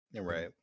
Right